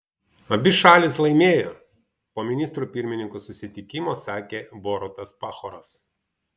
abi šalys laimėjo po ministrų pirmininkų susitikimo sakė borutas pahoras